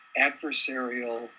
adversarial